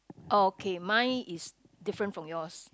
okay mine is different from yours